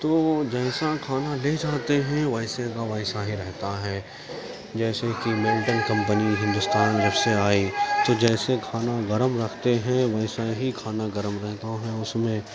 تو جیسا کھانا لے جاتے ہیں ویسے کا ویسا ہی رہتا ہے جیسے کہ میلٹن کمپنی ہندوستان جب سے آئی تو جیسے کھانا گرم رکھتے ہیں ویسا ہی کھانا گرم رہتا ہے اس میں